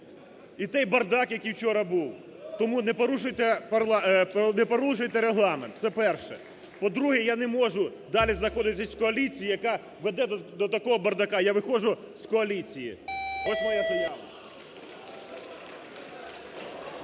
і той бардак, який вчора був. Тому не порушуйте Регламент. Це перше. По-друге, я не можу далі знаходитись в коаліції, яка веде до такого бардака. Я виходжу з коаліції, ось моя заява.